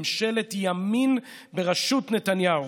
ממשלת ימין בראשות נתניהו.